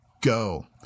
go